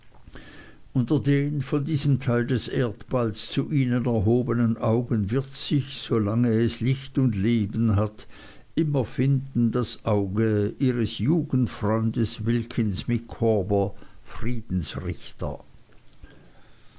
unter den von diesem teil des erdballs zu ihnen erhobenen augen wird sich solange es licht und leben hat immer befinden das auge ihres jugendfreundes wilkins micawber friedensrichter